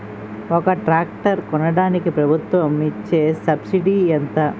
ఒక ట్రాక్టర్ కొనడానికి ప్రభుత్వం ఇచే సబ్సిడీ ఎంత?